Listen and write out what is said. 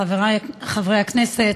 חברי חברי הכנסת,